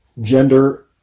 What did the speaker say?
gender